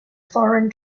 foreign